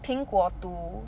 苹果 to